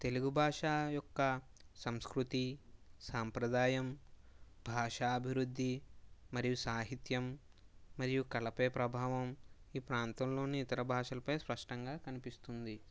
తెలుగు భాష యొక్క సంస్కృతి సాంప్రదాయం భాషాభివృద్ధి మరియు సాహిత్యం మరియు కళపై ప్రభావం ఈ ప్రాంతంలోని ఇతర భాషలపై స్పష్టంగా కనిపిస్తుంది